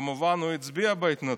כמובן, הוא הצביע להתנתקות.